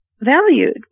valued